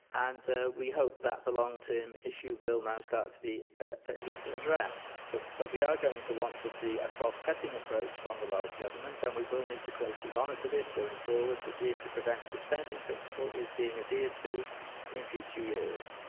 and we hope that the long-term issue will now start to be at least addressed. but we are going to want to see a cross-cutting approach from the welsh government and we will need to closely monitor this going forward to see if the preventative spending principle is being adhered to in future years.